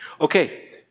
Okay